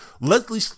Leslie